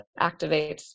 activates